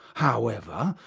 however,